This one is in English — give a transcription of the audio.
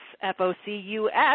f-o-c-u-s